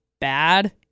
bad